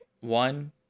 One